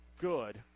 good